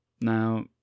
Now